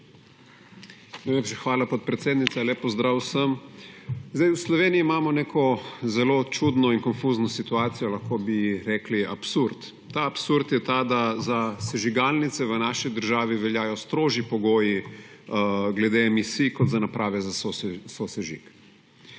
hvala, podpredsednica. Lep pozdrav vsem! V Sloveniji imamo neko zelo čudno in konfuzno situacijo, lahko bi rekli absurd. Ta absurd je ta, da za sežigalnice v naši državi veljajo strožji pogoji glede emisije kot za naprave za sosežig.